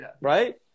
right